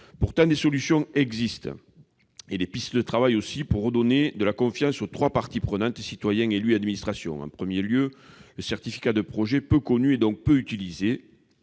Pourtant, les solutions et les pistes de travail existent pour redonner de la confiance aux trois parties prenantes : citoyens, élus et administrations. En premier lieu, le certificat de projet, qui est peu connu et donc peu utilisé.